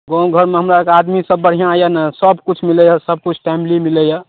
गामघरमे हमरा आओरके आदमीसभ बढ़िआँ यऽ ने सबकिछु मिलैए सबकिछु टाइमली मिलैए